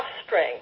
offspring